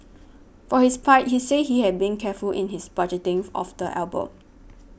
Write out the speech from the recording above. for his part he said he had been careful in his budgeting of the album